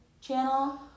Channel